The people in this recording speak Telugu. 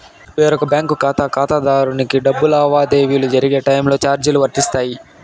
వేరొక బ్యాంకు ఖాతా ఖాతాదారునికి డబ్బు లావాదేవీలు జరిగే టైములో చార్జీలు వర్తిస్తాయా?